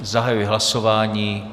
Zahajuji hlasování.